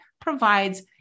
provides